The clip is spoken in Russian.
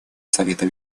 совета